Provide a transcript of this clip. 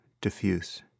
diffuse